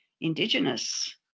Indigenous